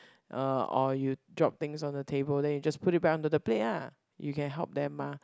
uh or you drop things on the table then you just put it back onto the plate ah you can help them mah